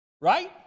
right